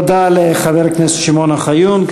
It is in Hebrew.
תודה לחבר הכנסת שמעון אוחיון.